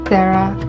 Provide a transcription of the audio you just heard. Sarah